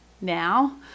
now